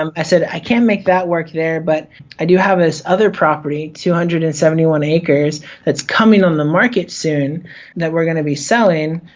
um i said i can't make that work there but i do have this other property two hundred and seventy one acres that's coming on the market soon that we're going to be selling.